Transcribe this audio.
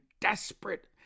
desperate